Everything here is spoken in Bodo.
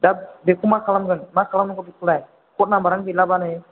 दा बेखौ मा खालामगोन मा खालामनांगौ बेखौलाय कड नाम्बारानो गैलाब्ला नै